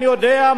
אני יודע,